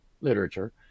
literature